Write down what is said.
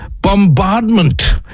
bombardment